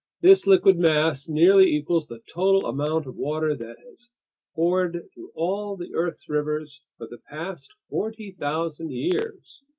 this liquid mass nearly equals the total amount of water that has poured through all the earth's rivers for the past forty thousand years!